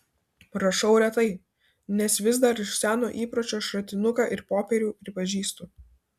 rašau retai nes vis dar iš seno įpročio šratinuką ir popierių pripažįstu